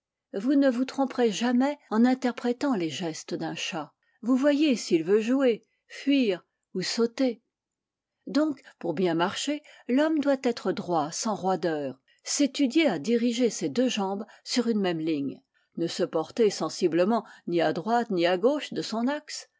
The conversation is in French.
vous ne vous tromperez jamais en interprétant les gestes d'un chat vous voyez s'il veut jouer fuir ou sauter donc pour bien marcher l'homme doit être droit sans roideur s'étudier à diriger ses deux jambes sur une même ligne ne se porter sensiblement ni à droite ni à gauche de son axe